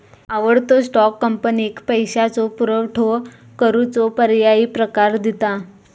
आवडतो स्टॉक, कंपनीक पैशाचो पुरवठो करूचो पर्यायी प्रकार दिता